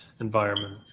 environment